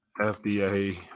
FDA